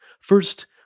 First